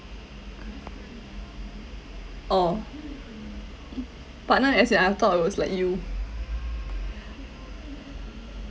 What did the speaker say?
oh partner as in I thought it was like you